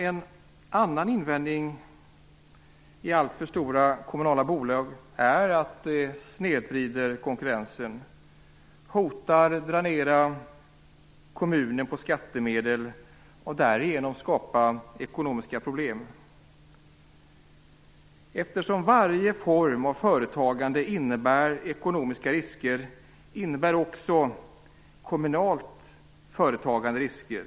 En annan invändning mot alltför stora kommunala bolag är att de snedvrider konkurrensen, hotar dränera kommunen på skattemedel och därigenom skapas ekonomiska problem. Eftersom varje form av företagande innebär ekonomiska risker, innebär också kommunalt företagande risker.